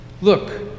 Look